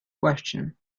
question